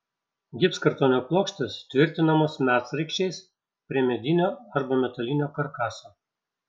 gipskartonio plokštės tvirtinamos medsraigčiais prie medinio arba metalinio karkaso